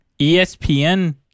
ESPN